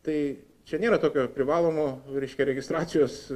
tai čia nėra tokio privalomo reiškia registracijos